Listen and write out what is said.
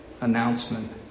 announcement